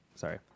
Sorry